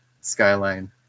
Skyline